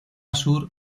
sur